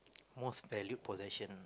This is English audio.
most valued possession